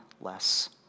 less